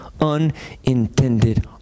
Unintended